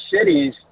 cities